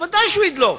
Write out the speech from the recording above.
ודאי שהוא ידלוף.